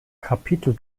kapitel